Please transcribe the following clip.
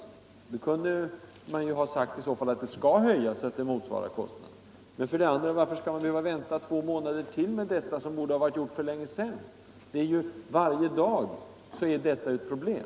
I annat fall kunde man ha sagt att ersättningen skall höjas så att den skall motsvara kostnaderna. För det andra bör man inte vänta två månader med det som borde ha varit gjort för länge sedan. Varje dag är ju detta ett problem.